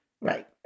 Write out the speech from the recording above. Right